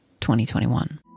2021